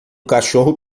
cachorro